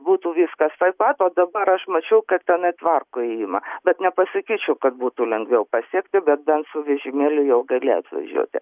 būtų viskas taip pat o dabar aš mačiau kad tenai tvarko įėjimą bet nepasakyčiau kad būtų lengviau pasiekti bet bent su vežimėliu jau gali atvažiuoti